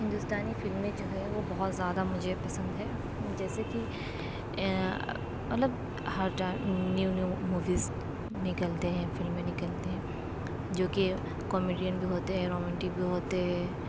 ہندوستانی فلمیں جو ہے وہ بہت زیادہ مجھے پسند ہے جیسے کی مطلب ہر جگہ نیو نیو موویز نکلتے ہیں فلمیں نکلتے ہیں جوکہ کامیڈین بھی ہوتے ہیں رومانٹک بھی ہوتے ہیں